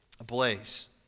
ablaze